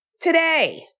today